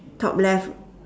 top left